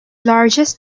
largest